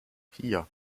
vier